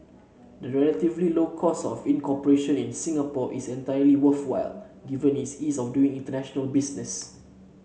the relatively low cost of incorporation in Singapore is entirely worthwhile given its ease of doing international business